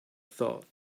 thought